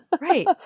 Right